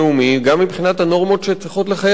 גם מבחינת הנורמות שצריכות לחייב אותנו,